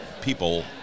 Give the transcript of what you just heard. people